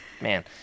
Man